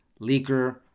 leaker